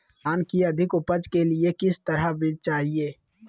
धान की अधिक उपज के लिए किस तरह बीज चाहिए?